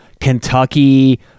kentucky